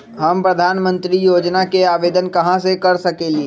हम प्रधानमंत्री योजना के आवेदन कहा से कर सकेली?